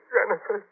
Jennifer